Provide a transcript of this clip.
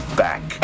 back